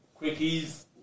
Quickies